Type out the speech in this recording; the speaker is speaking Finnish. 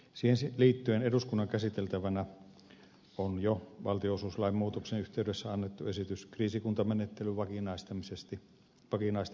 siihen liittyen eduskunnan käsiteltävänä on jo valtionosuuslain muutoksen yhteydessä annettu esitys kriisikuntamenettelyn vakinaistamiseksi